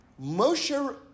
Moshe